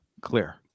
clear